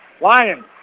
Lions